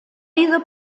diese